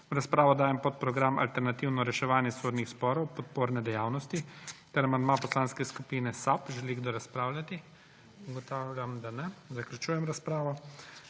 V razpravo dajem podprogram Alternativno reševanje sodnih sporov – podporne dejavnosti ter amandma Poslanske skupine SAB. Želi kdo razpravljati? Ugotavljam, da ne. Zaključujem razpravo.